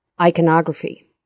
iconography